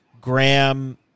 Graham